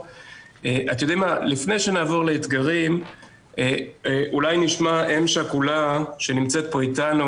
לפני שנעבור לאתגרים אולי נשמע אם שכולה שנמצאת פה איתנו,